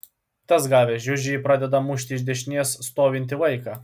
tas gavęs žiužį pradeda mušti iš dešinės stovintį vaiką